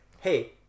hey